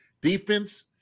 defense